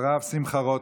אחריו, שמחה רוטמן.